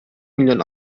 milyon